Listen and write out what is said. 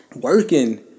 working